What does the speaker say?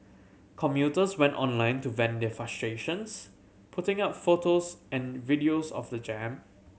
commuters went online to vent their frustrations putting up photos and videos of the jam